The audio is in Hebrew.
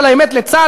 צודק,